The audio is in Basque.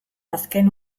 azken